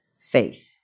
faith